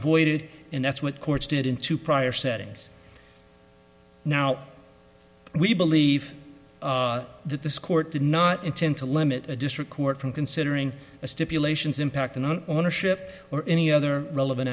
avoided and that's what courts did in two prior settings now we believe that this court did not intend to limit a district court from considering a stipulations impact on an ownership or any other relevant